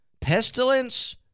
pestilence